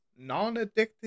non-addictive